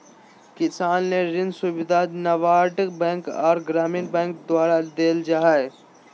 किसान ले ऋण सुविधा नाबार्ड बैंक आर ग्रामीण बैंक द्वारा देल जा हय